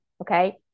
okay